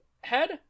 head